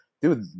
dude